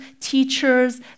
teachers